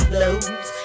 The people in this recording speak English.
Blows